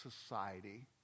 society